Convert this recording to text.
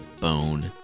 bone